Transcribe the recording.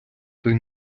той